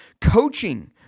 Coaching